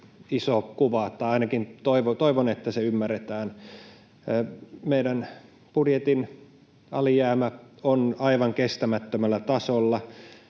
iso kuva, tai ainakin toivon, että se ymmärretään. Meidän budjetin alijäämä on aivan kestämättömällä tasolla,